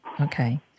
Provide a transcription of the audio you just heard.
Okay